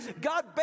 god